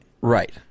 Right